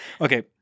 Okay